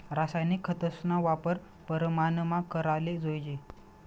रासायनिक खतस्ना वापर परमानमा कराले जोयजे